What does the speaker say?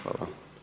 Hvala.